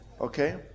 okay